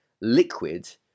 liquid